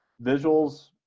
visuals